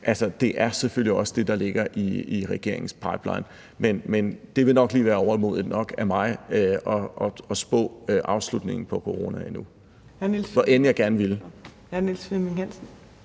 selvfølgelig også er det, der ligger i regeringens pipeline. Men det ville nok være lige overmodigt nok af mig at spå om afslutningen på coronaen endnu, hvor end jeg gerne ville.